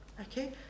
Okay